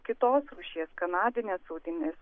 kitos rūšies kanadinės audinės